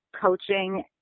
coaching